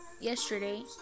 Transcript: yesterday